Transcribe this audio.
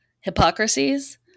hypocrisies